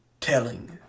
telling